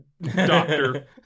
doctor